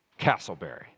Castleberry